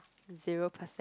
zero percent